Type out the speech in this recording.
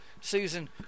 susan